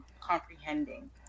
comprehending